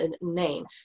name